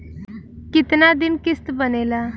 कितना दिन किस्त बनेला?